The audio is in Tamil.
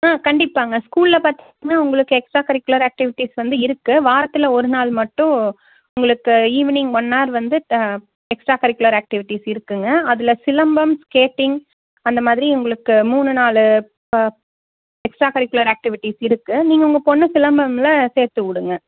ஆ கண்டிப்பாங்க ஸ்கூலில் பார்த்தீங்கன்னா உங்களுக்கு எக்ஸ்ட்ரா கரிக்குலர் ஆக்டிவிட்டீஸ் வந்து இருக்குது வாரத்தில் ஒரு நாள் மட்டும் உங்களுக்கு ஈவினிங் ஒன்னார் வந்து எக்ஸ்ட்ரா கரிக்குலர் ஆக்டிவிட்டீஸ் இருக்குதுங்க அதுல சிலம்பம் ஸ்கேட்டிங் அந்த மாதிரி உங்களுக்கு மூணு நாலு எக்ஸ்ட்ரா கரிக்குலர் ஆக்டிவிட்டீஸ் இருக்குது நீங்கள் உங்கள் பொண்ணை சிலம்பமில் சேர்த்து விடுங்க